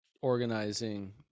organizing